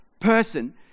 person